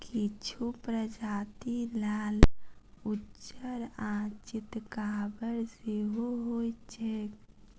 किछु प्रजाति लाल, उज्जर आ चितकाबर सेहो होइत छैक